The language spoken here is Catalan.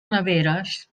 neveres